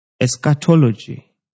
Eschatology